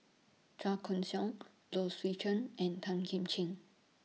Chua Koon Siong Low Swee Chen and Tan Kim Ching